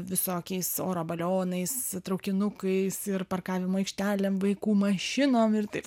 visokiais oro balionais traukinukais ir parkavimo aikštelėm vaikų mašinom ir taip